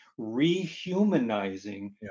rehumanizing